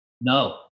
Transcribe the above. No